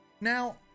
now